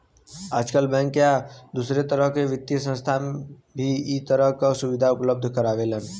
आजकल बैंक या दूसरे तरह क वित्तीय संस्थान भी इ तरह क सुविधा उपलब्ध करावेलन